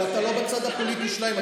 אבל אתה לא בצד הפוליטי שלהם.